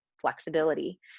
flexibility